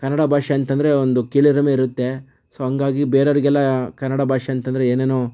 ಕನ್ನಡ ಭಾಷೆ ಅಂತಂದರೆ ಒಂದು ಕೀಳರಿಮೆ ಇರುತ್ತೆ ಸೊ ಹಾಗಾಗಿ ಬೇರೆಯವರಿಗೆಲ್ಲ ಕನ್ನಡ ಭಾಷೆ ಅಂತಂದರೆ ಏನೇನೋ